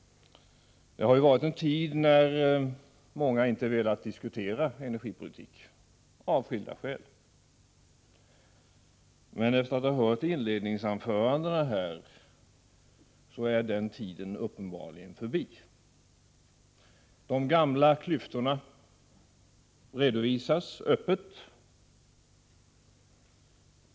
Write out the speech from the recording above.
Det har ju varit en tid när många inte velat diskutera energipolitik — av skilda skäl. Men efter att ha hört inledningsanförandena här måste man säga sig att den tiden är förbi. De gamla klyftorna redovisas öppet.